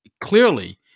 clearly